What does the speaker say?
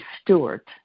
Stewart